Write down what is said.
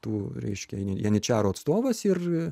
tų reiškia janyčarų atstovas ir